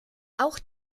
auch